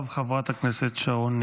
חברת הכנסת שרון ניר.